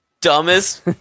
dumbest